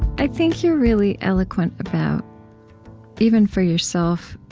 i think you're really eloquent about even for yourself